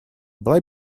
была